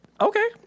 Okay